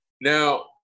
Now